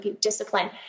discipline